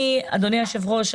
אדוני היושב-ראש,